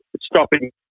stopping